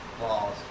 laws